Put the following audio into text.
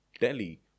Delhi